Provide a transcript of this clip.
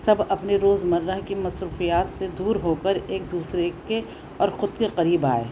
سب اپنے روزمرہ کی مصروفیات سے دور ہو کر ایک دوسرے کے اور خود کے قریب آئے